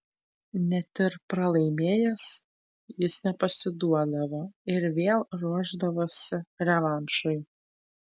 net ir pralaimėjęs jis nepasiduodavo ir vėl ruošdavosi revanšui